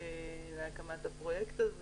להקמת הפרויקט הזה,